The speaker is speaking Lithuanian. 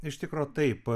iš tikro taip